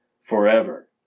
forever